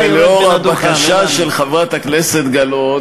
חבר הכנסת זחאלקה,